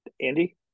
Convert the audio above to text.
Andy